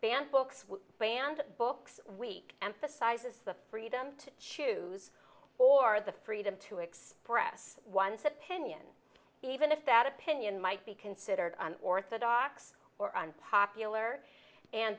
banned books banned books week emphasizes the freedom to choose or the freedom to express one's opinion even if that opinion might be considered orthodox or unpopular and